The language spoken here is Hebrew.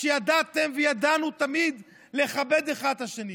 שידעתם וידענו תמיד לכבד אחד את השני.